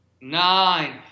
nine